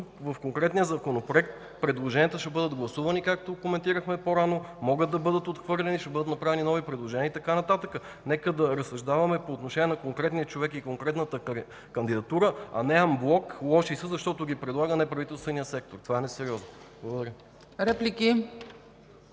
в конкретния законопроект, предложенията ще бъдат гласувани, както коментирахме по-рано – могат да бъдат отхвърлени, да бъдат направени нови предложения и така нататък. Нека да разсъждаваме по отношение на конкретния човек и на конкретната кандидатура, а не анблок – „лоши са, защото ги предлага неправителственият сектор”. Това е несериозно.